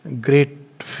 great